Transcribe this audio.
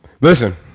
Listen